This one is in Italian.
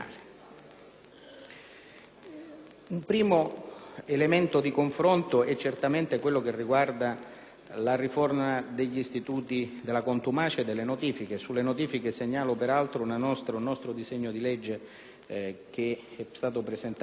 Un primo elemento di confronto riguarda la riforma degli istituti della contumacia e delle notifiche (sulle quali segnalo peraltro un nostro disegno di legge, che è stato presentato qui al Senato)